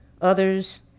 Others